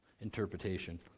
interpretation